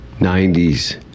90s